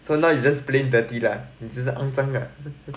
so now you just plain dirty lah 你只是肮脏 lah